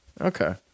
Okay